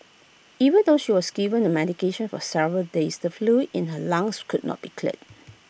even though she was given the medication for several days the fluid in her lungs could not be cleared